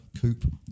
coupe